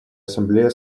ассамблея